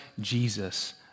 Jesus